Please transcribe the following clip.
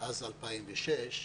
מאז 2006,